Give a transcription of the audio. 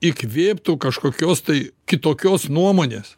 įkvėptų kažkokios tai kitokios nuomonės